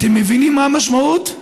אתם מבינים מה המשמעות?